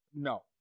no